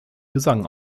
gesang